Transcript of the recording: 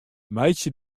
meitsje